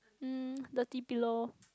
um dirty pillow